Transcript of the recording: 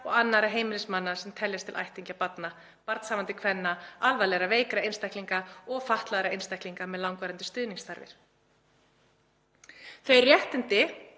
og annarra heimilismanna sem teljast til ættingja barna, barnshafandi kvenna, alvarlegra veikra einstaklinga og fatlaðra einstaklinga með langvarandi stuðningsþarfir. Ég les